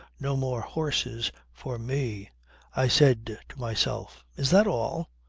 no more horses for me i said to myself is that all?